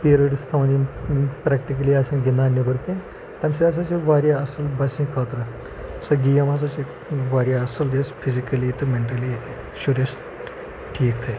periods تھَوٕنۍ یِم practically آسان گِندان نٮ۪برٕکٔنۍ تِمہِ سۭتۍ ہَسا چھِ واریاہ اَصٕل بَچہِ سٕنٛدۍ خٲطرٕ سۄ گیم ہسا چھِ واریاہ اَصٕل یۄس فِزِکٔلی تہٕ مینٹٔلی شُرِس ٹھیٖک تھَیہِ